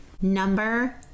Number